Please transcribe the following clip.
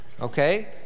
okay